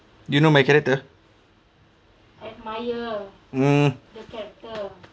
you know my character mm